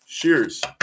Cheers